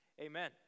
Amen